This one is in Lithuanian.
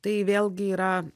tai vėlgi yra